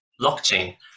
blockchain